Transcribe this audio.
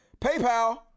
paypal